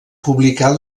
publicar